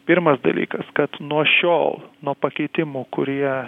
pirmas dalykas kad nuo šiol nuo pakeitimų kurie